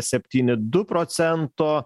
septyni du procento